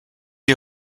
est